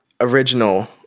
original